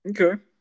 Okay